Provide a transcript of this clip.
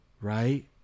right